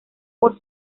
por